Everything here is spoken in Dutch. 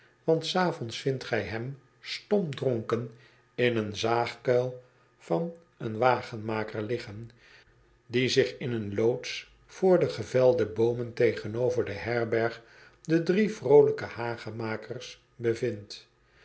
want s avonds vindt gij hem stomdronken in een zaagkuil van een wagenmaker liggen die zich in een loods voor de gevelde boomen tegenover de herberg de drie vroolijke hagemakers bevindt